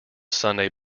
sunday